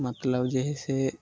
मतलब जे हइ से